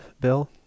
Bill